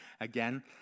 Again